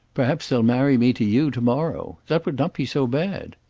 perhaps they'll marry me to you to-morrow. that would not be so bad.